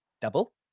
double